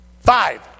Five